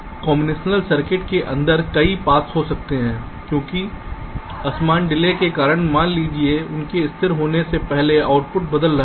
अब combinational circuit के अंदर कई पाथ्स हो सकते हैं क्योंकि असमान डिले के कारण मान लीजिए कि उनके स्थिर होने से पहले आउटपुट बदल रहा है